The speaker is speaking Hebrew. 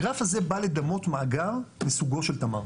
הגרף הזה בא לדמות מאגר מסוגו של תמר.